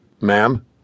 Ma'am